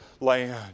land